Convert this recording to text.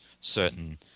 certain